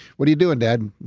what are you doing dad?